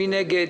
מי נגד?